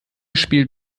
spielt